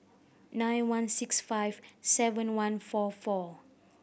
nine one six five seven one four four